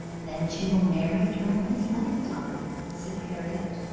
then she will marry during his lifetime said harriot.